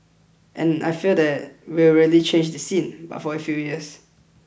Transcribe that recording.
and I feel that will really change the scene but for a few years